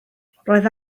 roedd